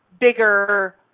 bigger